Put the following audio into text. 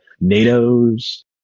NATO's